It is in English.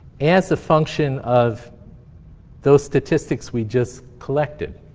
as a function of those statistics we just collected.